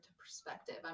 perspective